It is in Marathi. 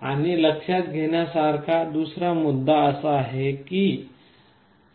आणि लक्षात घेण्यासारखा दुसरा मुद्दा असा आहे की